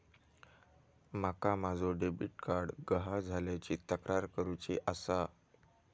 माका माझो debit card गहाळ झाल्याची तक्रार करुची आसा